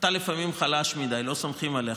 אתה לפעמים חלש מדי, לא סומכים עליך.